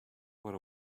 what